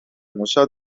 موشا